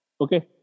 Okay